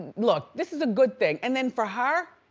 look, this is a good thing and then for her,